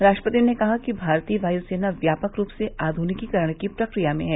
राष्ट्रपति ने कहा कि भारतीय वायुसेना व्यापक रूप से आधुनिकीकरण की प्रक्रिया में है